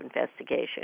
investigation